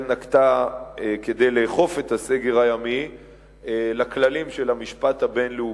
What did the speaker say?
נקטה כדי לאכוף את הסגר הימי לכללים של המשפט הבין-לאומי.